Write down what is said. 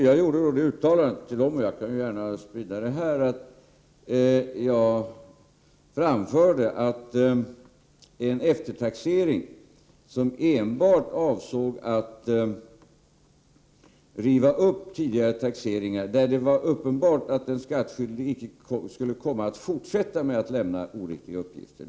Jag gjorde då det uttalandet till dem att grundprincipen borde vara att man avstod från eftertaxering där denna enbart avsåg att riva upp tidigare taxeringar och där det var uppenbart att den "skattskyldige icke skulle komma att fortsätta lämna oriktiga uppgifter.